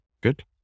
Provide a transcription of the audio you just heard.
good